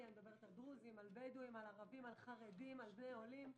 - דרוזים, בדואים, ערבים, חרדים, בני עולים.